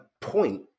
point